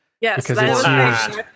Yes